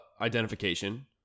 identification